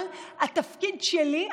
אבל התפקיד שלי,